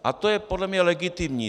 A to je podle mě legitimní.